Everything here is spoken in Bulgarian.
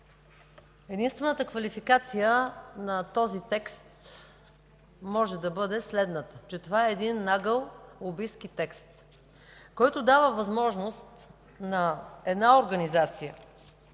Единствената квалификация на този текст може да бъде следната, че това е един нагъл, лобистки текст, който дава възможност на една организация,